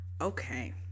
Okay